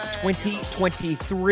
2023